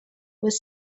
was